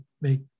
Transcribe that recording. make